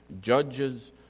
judges